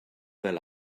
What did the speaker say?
fel